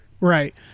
Right